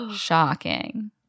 Shocking